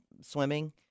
swimming